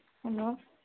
hello